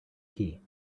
key